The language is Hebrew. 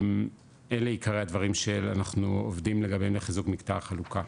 אלה עיקרי הדברים שאנחנו עובדים לגביהם לחיזוק מקטע החלוקה.